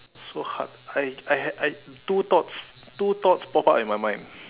so hard I I had two thoughts two thoughts popped up in my mind